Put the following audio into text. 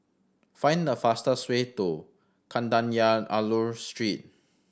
find the fastest way to Kadayanallur Street